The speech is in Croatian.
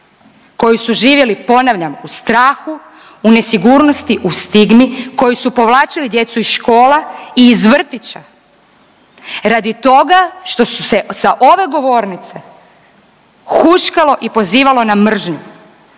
koji su živjeli, ponavljam, u strahu, u nesigurnosti, u stigmi, koji su povlačili djecu iz škola i iz vrtića radi toga što se sa ove govornice huškalo i pozivalo na mržnju